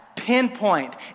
pinpoint